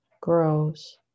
grows